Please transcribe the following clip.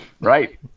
Right